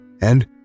and